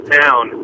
town